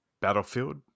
battlefield